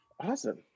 Awesome